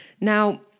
Now